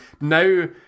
Now